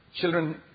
children